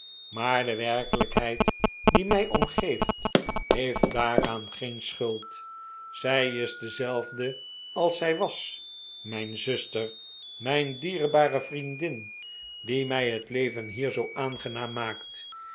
maar de werkelijkheid die mij omgeeft heeft daaraan geen schuld zij is dezelfde als zij was mijn zuster mijn dierbare vriendin die mij het leven hier zoo aangenaam maakt